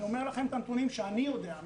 ואני אומר לכם את הנתונים שאני יודע.